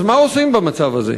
אז מה עושים במצב הזה?